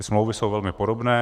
Ty smlouvy jsou velmi podobné.